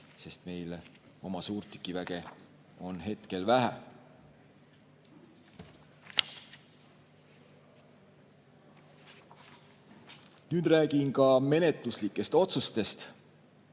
sest meil oma suurtükiväge on hetkel vähe. Nüüd räägin menetluslikest otsustest.